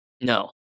No